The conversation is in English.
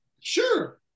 Sure